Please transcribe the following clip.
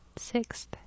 Sixth